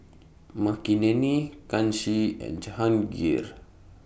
Makineni Kanshi and Jahangir